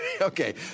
Okay